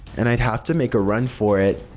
and i'd have to make a run for it,